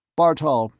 bartol,